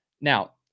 now